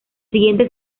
siguiente